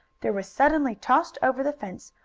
there was suddenly tossed over the fence,